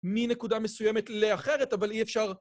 מנקודה מסוימת לאחרת, אבל אי אפשר...